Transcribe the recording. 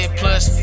plus